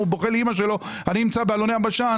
הוא בוכה לאימא שלו שהוא נמצא באלוני הבשן,